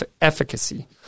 efficacy